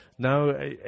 No